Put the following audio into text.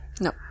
No